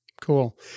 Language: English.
Cool